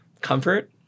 comfort